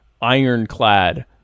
ironclad